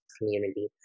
community